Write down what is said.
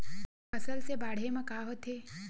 फसल से बाढ़े म का होथे?